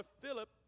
Philip